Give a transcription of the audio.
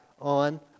on